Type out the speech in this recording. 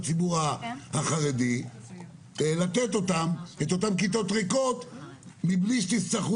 בציבור החרדי לתת את הכיתות הריקות מבלי שתצטרכו